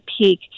peak